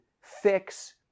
fix